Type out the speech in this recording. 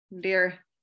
dear